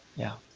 yeah.